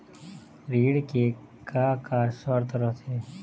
ऋण के का का शर्त रथे?